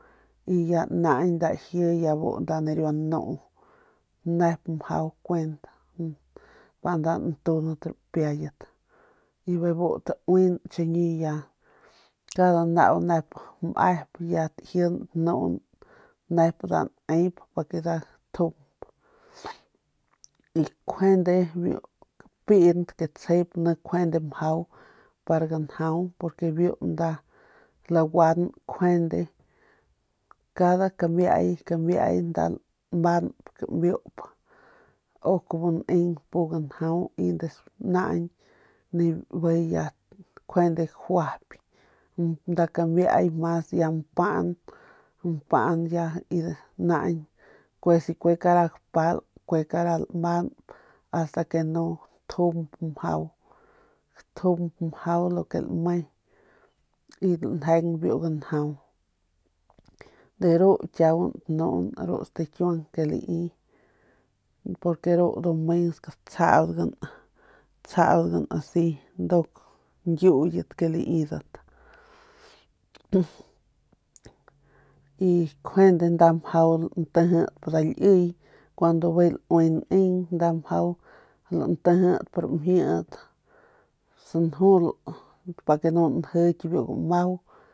Y ya naañ ya nda laji nda bu nariua nu nep mjau kuent pa nda ntundat rapiayat y bijiy taun chiñi nda nep nda nep bijiy ya kjuande gajuyp mas ya mpan y ya naañ si kue kara gapal kue kara nman biu ganjau de ru ndujuy ru stikiuang ke lai porque ru mens datsjaudgan ru ñkiuyet kun nda liy bijiy laue y nda mjau lantijidp ramjit sanjul pa nu njiky biu gamau.